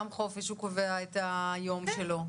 גם הוא קובע את ימי החופש שלו.